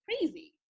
crazy